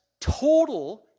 total